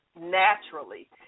naturally